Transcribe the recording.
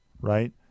right